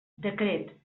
decret